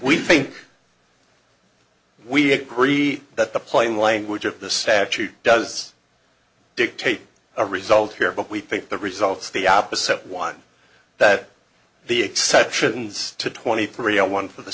we think we agree that the plain language of the statute does dictate a result here but we think the results the opposite one that the exceptions to twenty three zero one for the